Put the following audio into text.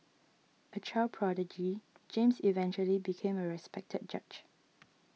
a child prodigy James eventually became a respected judge